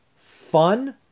fun